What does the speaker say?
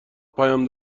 پیام